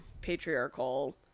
patriarchal